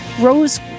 Rose